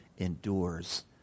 endures